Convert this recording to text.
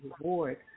reward